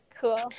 Cool